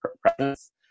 presence